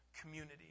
community